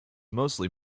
mostly